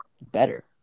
better